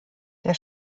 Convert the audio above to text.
der